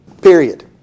Period